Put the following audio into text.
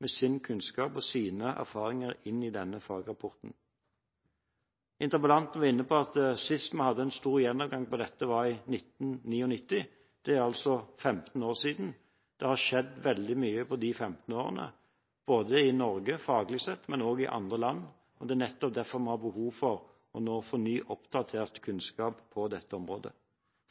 med sin kunnskap og sine erfaringer i denne fagrapporten. Interpellanten var inne på at sist vi hadde en stor gjennomgang av dette, var i 1999. Det er 15 år siden. Det har skjedd veldig mye på disse 15 årene, både i Norge, faglig sett, og i andre land. Det er nettopp derfor vi nå har behov for å få ny, oppdatert kunnskap på dette området.